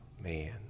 man